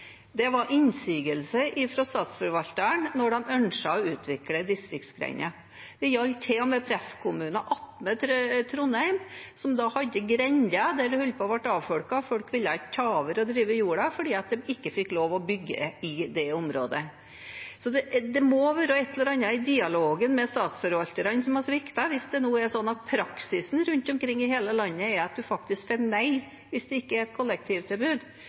var innsigelser fra Statsforvalteren når de ønsket å utvikle distriktsgrender. Det gjaldt til og med presskommuner ved siden av Trondheim, som hadde grender som holdt på å bli avfolket. Folk ville ikke ta over og drive jorda fordi de ikke fikk lov til å bygge i det området. Så det må være et eller annet i dialogen med statsforvalterne som har sviktet hvis det nå er sånn at praksisen rundt omkring i hele landet er at man faktisk får nei hvis det ikke er et kollektivtilbud.